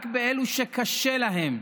רק באלו שקשה להם.